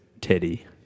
Teddy